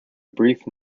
brief